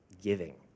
giving